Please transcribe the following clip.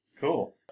Cool